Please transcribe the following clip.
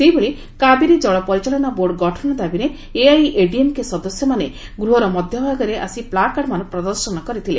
ସେହିଭଳି କାବେରୀ ଜନପରିଚାଳନା ବୋର୍ଡ ଗଠନ ଦାବିରେ ଏଆଇଏଡିଏମ୍କେ ସଦସ୍ୟମାନେ ଗୃହର ମଧ୍ୟଭାଗରେ ଆସି ପ୍ଲା କାର୍ଡମାନ ପ୍ରଦର୍ଶନ କରିଥିଲେ